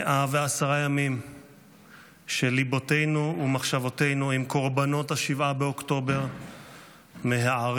110 ימים שליבותינו ומחשבותינו עם קורבנות 7 באוקטובר מהערים,